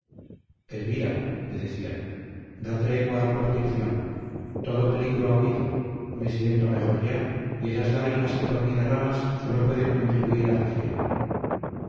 elvira le decía da tregua a tu aflicción todo peligro ha huido me siento mejor ya y esas lágrimas que por mí derramas sólo pueden contribuir a afligirme